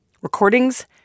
Recordings